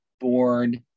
board